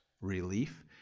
relief